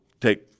take